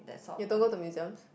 you don't go to museums